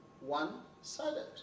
one-sided